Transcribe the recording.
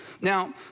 Now